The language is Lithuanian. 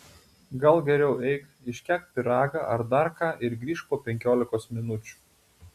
gal geriau eik iškepk pyragą ar dar ką ir grįžk po penkiolikos minučių